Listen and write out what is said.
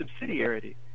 subsidiarity